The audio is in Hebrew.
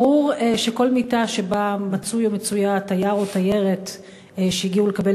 ברור שכל מיטה שבה מצוי או מצויה תייר או תיירת שהגיעו לקבל